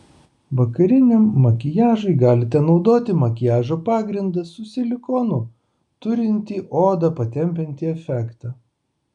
vakariniam makiažui galite naudoti makiažo pagrindą su silikonu turintį odą patempiantį efektą